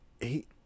eight